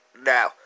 Now